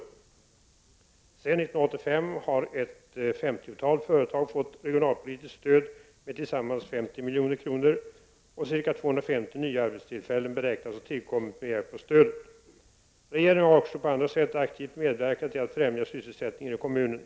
Sedan 1985 har ett femtiotal företag fått regionalpolitiskt stöd med tillsammans ca 50 milj.kr., och ca 250 nya arbetstillfällen beräknas ha tillkommit med hjälp av stödet. Regeringen har också på andra sätt aktivt medverkat till att främja sysselsättningen i kommunen.